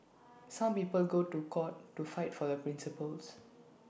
some people go to court to fight for their principles